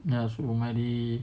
நான்சொன்னமாதிரி:naan sonna mathiri